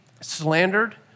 slandered